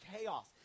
chaos